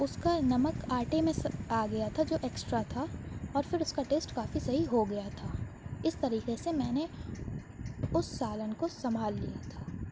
اس کا نمک آٹے میں سا آ گیا تھا جو ایکسٹرا تھا اور پھر اس کا ٹیسٹ کافی صحیح ہو گیا تھا اس طریقے سے میں نے اس سالن کو سنبھال لیا تھا